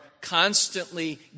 constantly